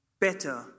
better